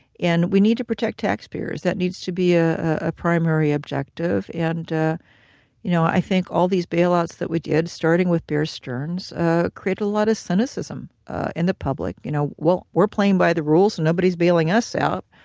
and we need to protect taxpayers that needs to be ah a primary objective. and you know i think all these bailouts that we did starting with bear stearns created a lot of cynicism in and the public. you know, well, we're playing by the rules and nobody is bailing us out.